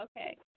Okay